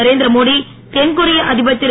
நரேந்திர மோடி தென்கொரிய அதிபர் திரு